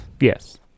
Yes